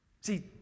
See